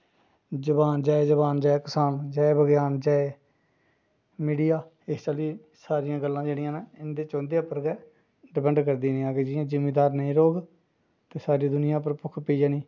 जवान जै जवान जै कसान जै विज्ञान जै मीडिया इस चाल्ली सारियां गल्ल जेह्ड़ियां न इं'दे च इं'दे पर गै डिपैंड करदियां न जियां अगर जिमीदार नेईं रौह्ग ते सारी दुनियां पर भुक्ख पेई जानी